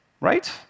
Right